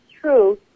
true